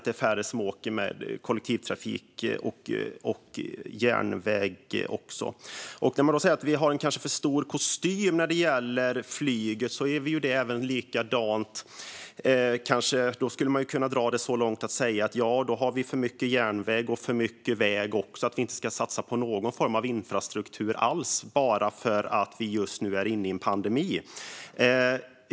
Det är färre som åker med kollektivtrafik och på järnväg. Man säger att vi kanske har en för stor kostym när det gäller flyget. Då skulle vi kunna dra det så långt som att säga att vi också har för mycket järnväg och väg och att vi inte ska satsa på någon form av infrastruktur alls, bara för att vi just nu är inne i en pandemi.